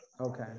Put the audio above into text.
Okay